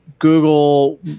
Google